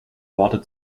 worte